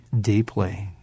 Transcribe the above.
deeply